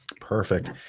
Perfect